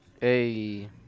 Hey